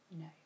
No